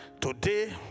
today